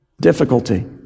Difficulty